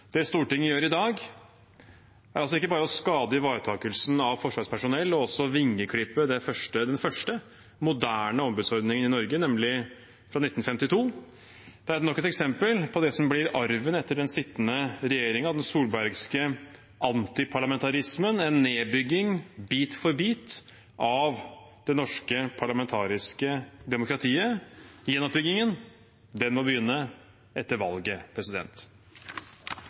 Det Stortinget gjør i dag, er altså ikke bare å skade ivaretakelsen av forsvarspersonell og å vingeklippe den første moderne ombudsordningen i Norge, nemlig denne fra 1952, det er nok et eksempel på det som blir arven etter den sittende regjeringen – den solbergske antiparlamentarismen – en nedbygging, bit for bit, av det norske parlamentariske demokratiet. Gjenoppbyggingen må begynne etter valget.